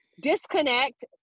disconnect